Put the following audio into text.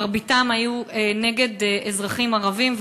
מרביתם היו נגד אזרחים ערבים,